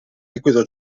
liquido